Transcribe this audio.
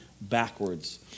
backwards